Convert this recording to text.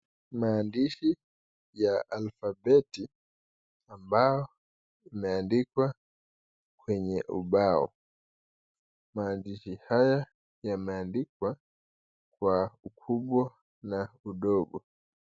Maandishi ya alfabeti ambayo imeandikwa kwenye ubao. Maandishi haya yameandikwa kwa ukubwa na udogo.